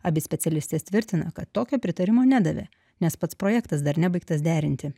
abi specialistės tvirtina kad tokio pritarimo nedavė nes pats projektas dar nebaigtas derinti